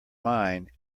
mine